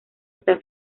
está